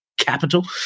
capital